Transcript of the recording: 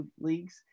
leagues